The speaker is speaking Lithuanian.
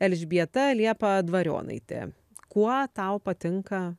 elžbieta liepa dvarionaitė kuo tau patinka